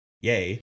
yay